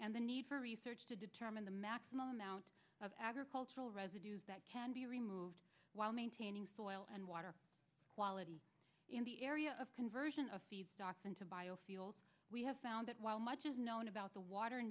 and the need for research to determine the maximum amount of agricultural residues that can be removed while maintaining soil and water quality in the area of conversion of feedstocks into biofuel we have found that while much is known about the water